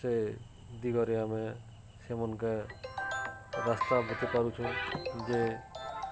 ସେ ଦିଗରେ ଆମେ ସେମାନକେ ରାସ୍ତା ବତେଇ ପାରୁଛୁ ଯେ